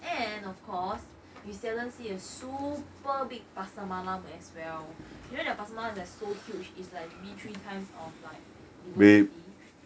and of course you seldom see a super big pasar malam as well you know that pasar malam so huge is like maybe three times of like vivo city wait